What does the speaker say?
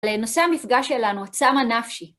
לנושא המפגש שלנו, "צמאה נפשי".